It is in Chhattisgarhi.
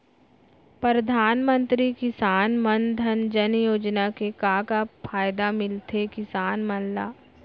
परधानमंतरी किसान मन धन योजना के का का फायदा मिलथे किसान मन ला?